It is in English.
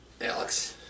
Alex